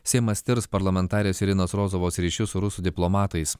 seimas tirs parlamentarės irinos rozovos ryšių su rusų diplomatais